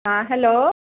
हँ हैलो